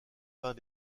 peint